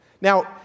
Now